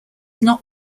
not